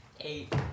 eight